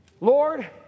Lord